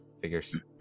Figures